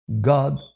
God